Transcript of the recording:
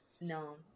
no